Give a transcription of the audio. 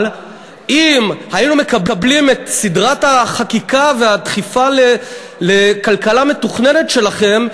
אבל אם היינו מקבלים את סדרת החקיקה והדחיפה לכלכלה מתוכננת שלכם,